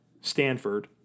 Stanford